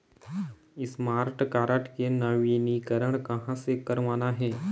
Smart card के नवीनीकरण कहां से करवाना हे?